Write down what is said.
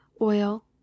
oil